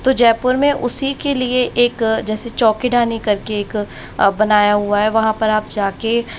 तो जयपुर में उसी के लिए एक जैसे चौकीडानी कर के एक बनाया हुआ है वहाँ पर आप जाकर